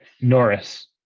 Norris